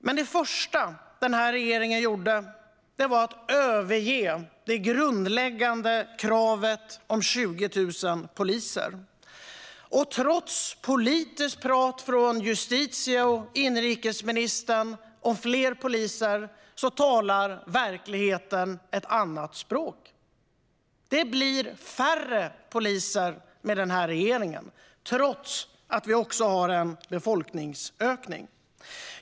Men det första den här regeringen gjorde var att överge det grundläggande kravet om 20 000 poliser. Trots politiskt prat från justitie och inrikesministern om fler poliser talar verkligheten ett annat språk. Det blir färre poliser med den här regeringen trots att vi har en befolkningsökning.